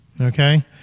Okay